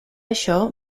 això